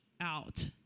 out